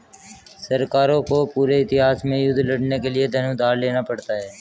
सरकारों को पूरे इतिहास में युद्ध लड़ने के लिए धन उधार लेना पड़ा है